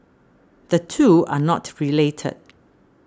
the two are not related